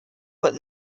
but